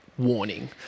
warning